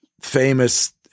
famous